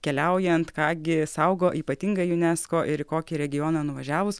keliaujant ką gi saugo ypatingą junesko ir į kokį regioną nuvažiavus